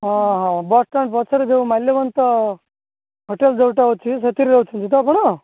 bus stand ପଛରେ ଯୋଉ Malyabanta hotel ଯୋଉଟା ଅଛି ସେଥିରେ ଅଛନ୍ତି ତ ଆପଣ